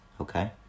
Okay